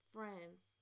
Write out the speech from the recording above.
Friends